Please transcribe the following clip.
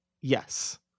yes